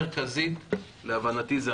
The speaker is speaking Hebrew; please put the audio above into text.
חבר הכנסת להב-הרצנו,